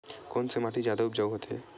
कोन से माटी जादा उपजाऊ होथे?